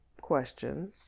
questions